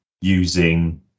using